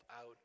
out